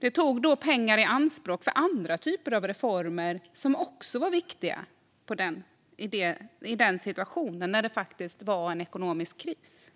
Pengar togs i anspråk från andra reformer som också var viktiga när det var en ekonomisk kris.